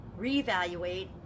reevaluate